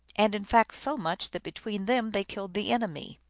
and in fact so much that between them they killed the enemy.